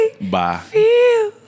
Bye